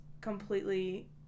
completely